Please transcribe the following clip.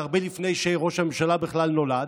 הרבה לפני שראש הממשלה בכלל נולד?